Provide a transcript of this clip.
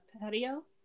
patio